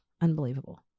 Unbelievable